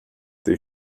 tej